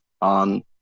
on